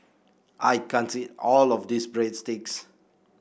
I can't eat all of this Breadsticks